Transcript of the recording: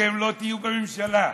אתם לא תהיו בממשלה.